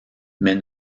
mais